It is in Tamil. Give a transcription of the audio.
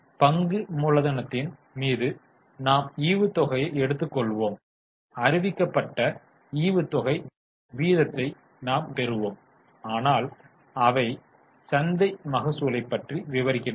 பங்கு மூலதனத்தின் மீது நாம் ஈவுத் தொகையை எடுத்துக் கொள்வோம் அறிவிக்கப்பட்ட ஈவுத்தொகை வீதத்தை நாம் பெறுவோம் ஆனால் அவை சந்தை மகசூலைப் பற்றி விவரிக்கின்றன